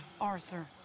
Arthur